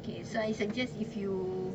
okay so I suggest if you